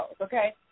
Okay